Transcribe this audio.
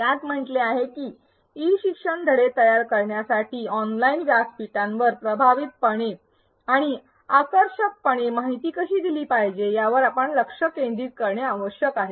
त्यात म्हटले आहे की ई शिक्षण धडे तयार करण्यासाठी ऑनलाइन व्यासपीठावर प्रभावीपणे आणि आकर्षकपणे माहिती कशी दिली पाहिजे यावर आपण लक्ष केंद्रित करणे आवश्यक आहे